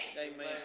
Amen